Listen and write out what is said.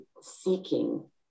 seeking